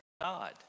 God